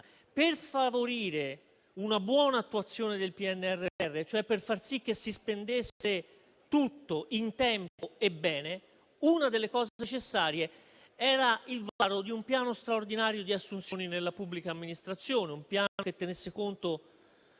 Per favorire una buona attuazione del PNRR, cioè per far sì di spendere tutto in tempo e bene, una delle misure necessarie era il varo di un piano straordinario di assunzioni nella pubblica amministrazione; un piano che tenesse conto